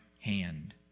hand